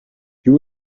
you